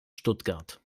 stuttgart